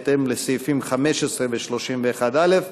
בהתאם לסעיפים 15 ו-31(א)